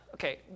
Okay